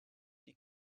die